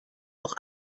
auch